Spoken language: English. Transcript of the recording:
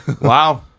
wow